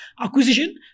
acquisition